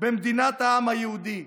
במדינת העם היהודי,